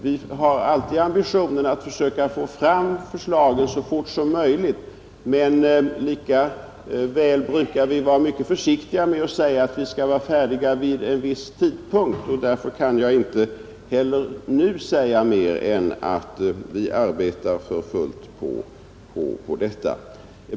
Vi har ständigt ambitionen att försöka få fram förslagen så fort som möjligt, men likväl brukar vi vara försiktiga med att säga att vi skall vara färdiga vid en viss tidpunkt. Därför kan jag inte heller nu säga mer än att vi arbetar för fullt med detta.